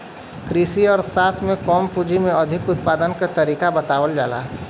कृषि अर्थशास्त्र में कम पूंजी में अधिक उत्पादन के तरीका बतावल जाला